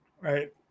Right